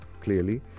clearly